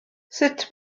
sut